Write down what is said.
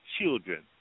children